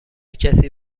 کسی